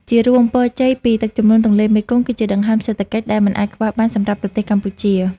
ជារួម ពរជ័យពីទឹកជំនន់ទន្លេមេគង្គ គឺជាដង្ហើមសេដ្ឋកិច្ចដែលមិនអាចខ្វះបានសម្រាប់ប្រទេសកម្ពុជា។